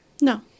No